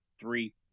three